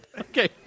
Okay